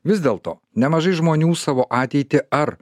vis dėlto nemažai žmonių savo ateitį ar